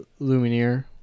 Lumineer